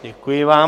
Děkuji vám.